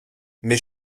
mes